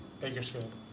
Bakersfield